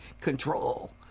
control